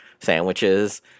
sandwiches